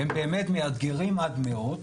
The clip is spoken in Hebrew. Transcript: הם באמת מאתגרים עד מאוד.